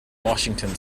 washington